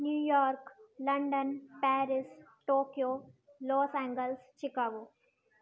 New York London Paris Tokyo Los Angeles Chicago